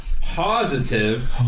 positive